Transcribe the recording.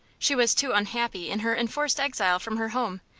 she was too unhappy in her enforced exile from her home,